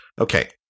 Okay